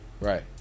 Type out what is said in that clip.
Right